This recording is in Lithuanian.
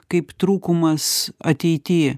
kaip trūkumas ateity